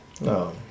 No